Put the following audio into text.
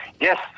Yes